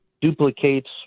duplicates